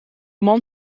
man